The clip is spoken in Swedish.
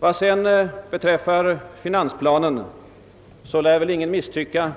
Vad sedan beträffar finansplanen, så lär väl ingen misstycka